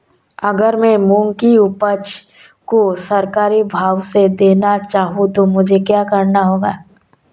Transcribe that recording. अगर मैं मूंग की उपज को सरकारी भाव से देना चाहूँ तो मुझे क्या करना होगा?